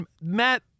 Matt